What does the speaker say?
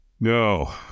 No